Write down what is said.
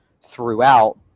throughout